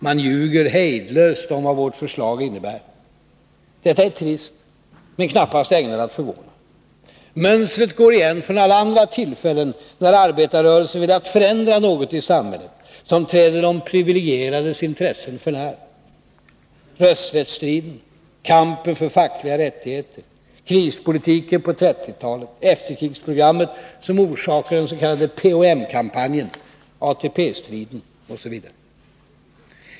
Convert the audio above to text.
Man ljuger hejdlöst om vad vårt förslag innebär. Detta är trist men knappast ägnat att förvåna. Mönstret går igen från alla andra tillfällen när arbetarrörelsen velat förändra något i samhället som träder de privilegierades intressen för när: rösträttsstriden, kampen för fackliga rättigheter, krispolitiken på 30-talet, efterkrigsprogrammet som orsakade den s.k. PHM-kampanjen, ATP striden osv.